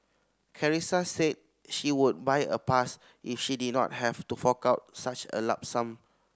Carissa said she would buy a pass if she did not have to fork out such a lump sum